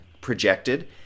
projected